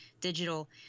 digital